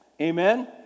Amen